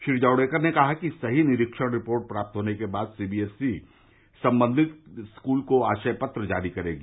श्री जावड़ेकर ने कहा कि सही निरीक्षण रिपोर्ट प्राप्त होने के बाद सीबीएसई संबंधित स्कूल को आशय पत्र जारी करेगी